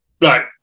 Right